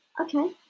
okay